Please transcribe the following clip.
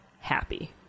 happy